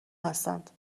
هستند